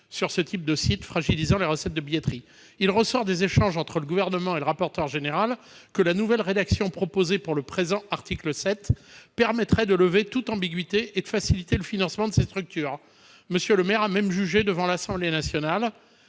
sur ce type de site, fragilisant les recettes de billetterie. Il ressort des échanges entre le Gouvernement et le rapporteur général de la commission des finances que la nouvelle rédaction proposée pour le présent article 7 permettrait de lever toute ambiguïté et de faciliter le financement de ces structures. M. Le Maire a même jugé devant l'Assemblée nationale